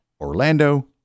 Orlando